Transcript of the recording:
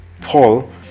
Paul